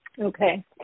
okay